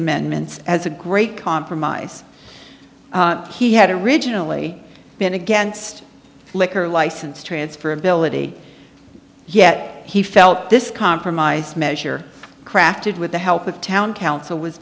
amendments as a great compromise he had originally been against liquor license transfer ability yet he felt this compromise measure crafted with the help of town council was